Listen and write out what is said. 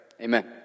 Amen